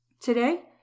today